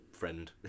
friend